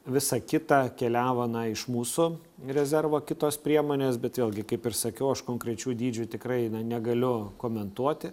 visa kita keliavo na iš mūsų rezervo kitos priemonės bet vėlgi kaip ir sakiau aš konkrečių dydžių tikrai negaliu komentuoti